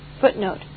Footnote